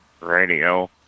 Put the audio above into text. Radio